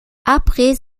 après